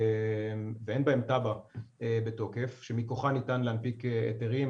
ואין בהם תב"ע בתוקף שמכוחה ניתן להנפיק היתרים,